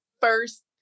first